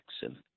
Jackson